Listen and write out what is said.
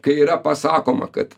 kai yra pasakoma kad